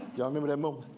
y'all remember that movie?